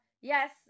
yes